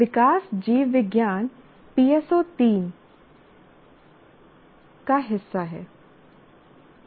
विकास जीवविज्ञान PSO3 PSO3 एक PSO का हिस्सा है